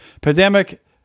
Pandemic